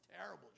terrible